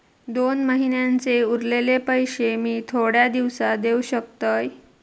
दोन महिन्यांचे उरलेले पैशे मी थोड्या दिवसा देव शकतय?